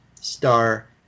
star